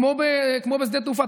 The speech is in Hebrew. כמו בשדה התעופה,